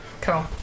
Cool